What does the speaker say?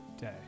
day